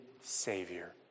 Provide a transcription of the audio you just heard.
savior